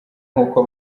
nkuko